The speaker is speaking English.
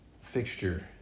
Fixture